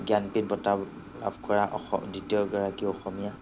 জ্ঞানপীঠ বঁটা লাভ কৰা অস দ্বিতীয় গৰাকী অসমীয়া